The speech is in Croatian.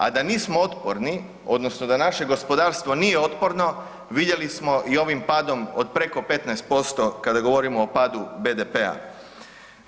A da nismo otporni odnosno da naše gospodarstvo nije otporno vidjeli smo i ovim padom od preko 15% kada govorimo o padu BDP-a.